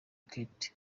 kato